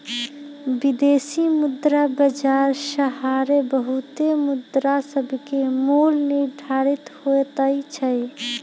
विदेशी मुद्रा बाजार सहारे बहुते मुद्रासभके मोल निर्धारित होतइ छइ